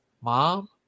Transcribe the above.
mom